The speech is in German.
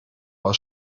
aus